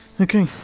Okay